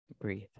breathe